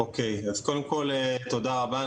תודה רבה.